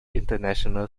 international